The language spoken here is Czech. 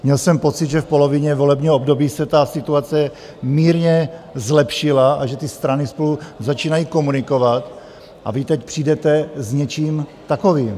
Měl jsem pocit, že v polovině volebního období se ta situace mírně zlepšila a že strany spolu začínají komunikovat, a vy teď přijdete s něčím takovým.